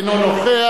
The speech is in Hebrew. אינו נוכח.